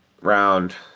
round